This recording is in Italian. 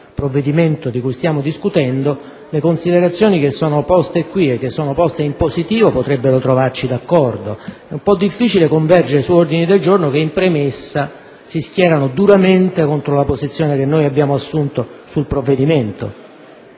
provvedimento di cui stiamo discutendo, le considerazioni qui poste in positivo potrebbero trovarci d'accordo. È un po' difficile convergere su ordini del giorno che, in premessa, si schierano duramente contro la posizione che abbiamo assunto sul provvedimento.